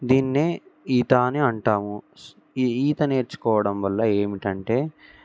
దీన్నే ఈత అని అంటాము ఈ ఈత నేర్చుకోవడం వల్ల ఏమిటంటే